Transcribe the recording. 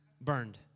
burned